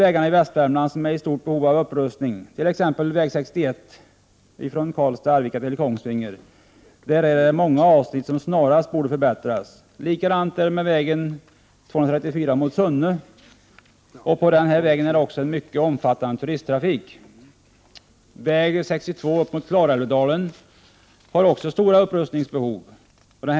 Vägarna i Västvärmland är i stort behov av upprustning. Det gäller t.ex. väg 61 som har sträckningen Karlstad—-Arvika—-Kongsvinger, där många avsnitt snarast borde förbättras. På samma sätt är det med väg 234 mot Sunne, och på den vägen finns det också en mycket omfattande turisttrafik. Det finns också stort behov av upprustning av väg 62 genom Klarälvsdalen.